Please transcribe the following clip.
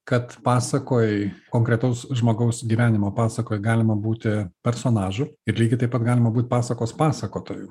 kad pasakoj konkretaus žmogaus gyvenimo pasakoj galima būti personažu ir lygiai taip pat galima būt pasakos pasakotoju